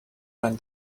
than